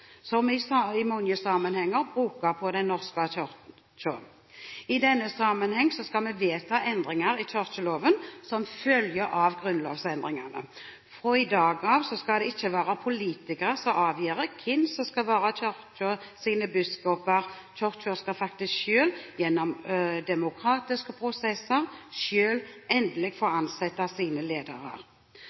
i mange sammenhenger bruker om Den norske kirke. I denne sammenheng skal vi vedta endringer i kirkeloven som følge av grunnlovsendringene. Fra i dag av skal det ikke være politikere som avgjør hvem som skal være Kirkens biskoper. Kirken skal selv, gjennom demokratiske prosesser, endelig få ansette sine ledere.